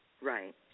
Right